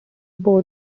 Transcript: board